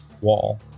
wall